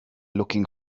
looking